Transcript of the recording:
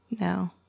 No